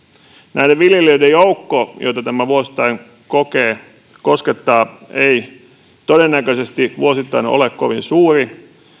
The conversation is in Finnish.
näiden viljelijöiden joukko joita tämä vuosittain koskettaa ei todennäköisesti ole kovin suuri